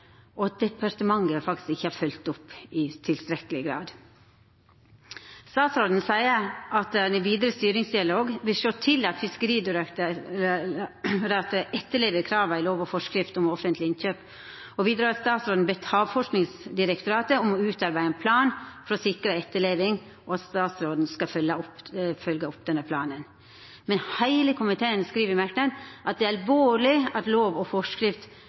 følgt opp i tilstrekkeleg grad. Statsråden seier at han i den vidare styringsdialogen vil sjå til at Fiskeridirektoratet etterlever krava i lov og forskrift om offentlege innkjøp. Vidare har statsråden bedt Havforskingsinstituttet utarbeida ein plan for å sikra etterleving, og statsråden skal følgja opp denne planen. Men heile komiteen skriv i ein merknad at «det er alvorleg at lov og forskrift